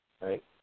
right